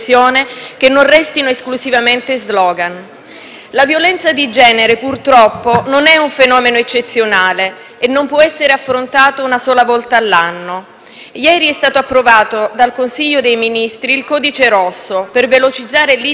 La violenza di genere purtroppo non è un fenomeno eccezionale e non può essere affrontato una sola volta all'anno. Ieri è stato approvato dal Consiglio dei ministri il codice rosso per velocizzare l'*iter* delle denunce delle donne vittime di violenza.